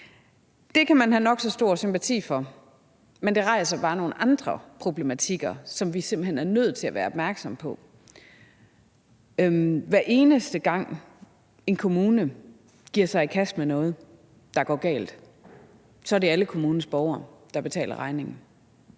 Det kan man have nok så stor sympati for, men det har så bare nogle andre problematikker, som vi simpelt hen er nødt til at være opmærksomme på. Hver eneste gang en kommune giver sig i kast med noget, der går galt, er det alle kommunens borgere, der betaler regningen,